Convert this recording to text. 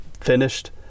finished